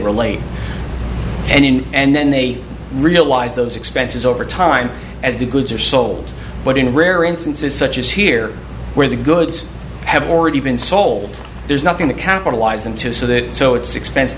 relate and in and then they realize those expenses over time as the goods are sold but in rare instances such as here where the goods have already been sold there's nothing to capitalize them to so that so it's expens